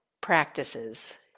practices